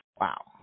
Wow